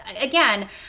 again